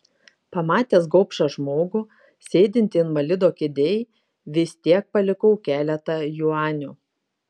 pamatęs gobšą žmogų sėdintį invalido kėdėj vis tiek palikau keletą juanių